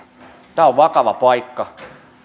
tämä on vakava paikka